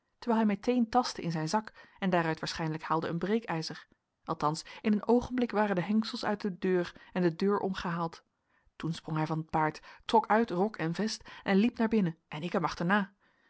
terwijl hij meteen tastte in zijn zak en daaruit waarschijnlijk haalde een breekijzer althans in een oogenblik waren de hengsels uit de deur en de deur omgehaald toen sprong hij van t paard trok uit rok en vest en liep naar binnen en ik hem achterna